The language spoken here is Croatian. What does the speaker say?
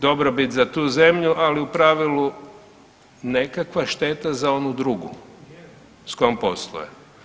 Dobrobit za tu zemlju ali u pravilu nekakva šteta za onu drugu s kojom posluje.